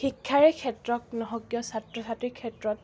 শিক্ষাৰে ক্ষেত্ৰত নহওঁক কিয় ছাত্ৰ ছাত্ৰীৰ ক্ষেত্ৰত